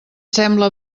sembla